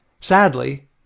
Sadly